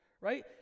right